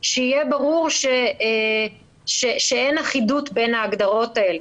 שיהיה ברור שאין אחידות בין ההגדרות האלה,